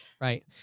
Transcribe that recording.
right